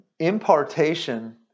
impartation